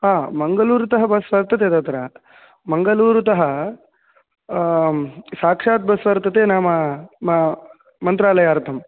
हा मङ्गलूरुतः बस् वर्तते तत्र मङ्गलूरुतः साक्षात् बस् वर्तते नाम मन्त्रालयार्थं